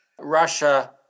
Russia